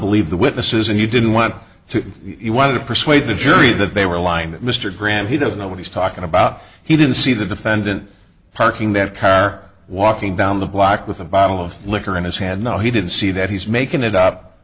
believe the witnesses and you didn't want to you want to persuade the jury that they were lying that mr graham he doesn't know what he's talking about he didn't see the defendant parking their car walking down the block with a bottle of liquor in his hand no he didn't see that he's making it up